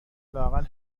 لااقل